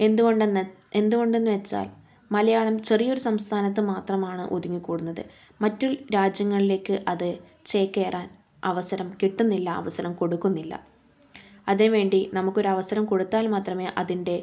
എന്തുകൊണ്ടെന്ന് എന്തുകൊണ്ടെന്നു വച്ചാൽ മലയാളം ചെറിയൊരു സംസ്ഥാനത്ത് മാത്രമാണ് ഒതുങ്ങിക്കൂടുന്നത് മറ്റു രാജ്യങ്ങളിലേക്ക് അത് ചേക്കേറാൻ അവസരം കിട്ടുന്നില്ല അവസരം കൊടുക്കുന്നില്ല അതിനു വേണ്ടി നമുക്കൊരു അവസരം കൊടുത്താൽ മാത്രമേ അതിൻ്റെ